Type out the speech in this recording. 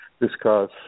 discuss